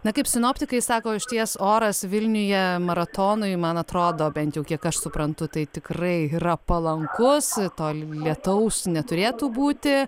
na kaip sinoptikai sako išties oras vilniuje maratonui man atrodo bent jau kiek aš suprantu tai tikrai yra palankus to lietaus neturėtų būti